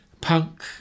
Punk